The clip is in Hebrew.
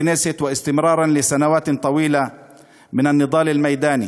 מהיום הראשון בכנסת ובהמשך לשנים ארוכות של מאבק בשטח,